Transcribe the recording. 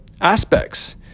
aspects